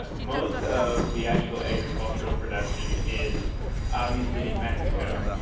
ah most of the actual agricultural production is obviously in mexico,